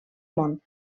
món